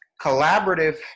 collaborative